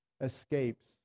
escapes